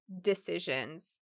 decisions